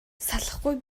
салахгүй